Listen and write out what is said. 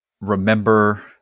remember